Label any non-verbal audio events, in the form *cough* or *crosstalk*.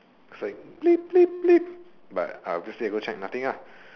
it's like *noise* but obviously I go check nothing ah